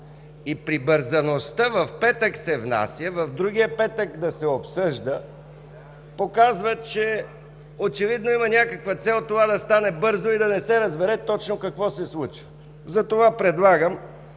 И прибързаността – в петък се внася, в другия петък да се обсъжда, показва, че очевидно има някаква цел това да стане бързо и да не се разбере точно какво се случва. Предлагам